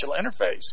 interface